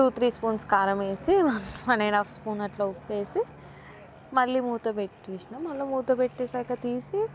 two three spoons కారమేసి one and half spoon అట్లా ఉప్పేసి మళ్ళీ మూతపెట్టేసిన మళ్ళీ మూతపెట్టేశాక తీసి